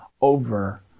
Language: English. over